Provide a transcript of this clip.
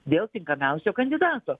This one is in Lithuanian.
dėl tinkamiausio kandidato